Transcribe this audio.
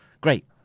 great